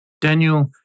Daniel